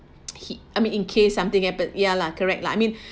he I mean in case something happen ya lah correct lah I mean